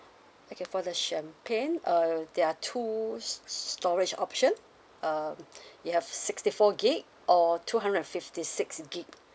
okay for the champagne uh there are two s~ s~ storage option um you have sixty four gig or two hundred and fifty six gig